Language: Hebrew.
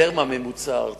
יותר מהממוצע הארצי.